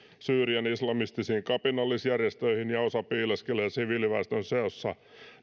syyrian islamistisiin kapinallisjärjestöihin ja osa piileskelee siviiliväestön seassa